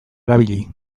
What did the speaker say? erabili